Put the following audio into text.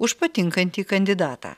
už patinkantį kandidatą